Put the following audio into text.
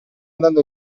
andando